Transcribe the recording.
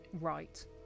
right